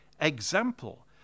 example